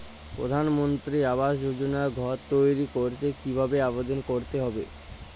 প্রধানমন্ত্রী আবাস যোজনায় ঘর তৈরি করতে কিভাবে আবেদন করতে হবে?